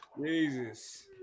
Jesus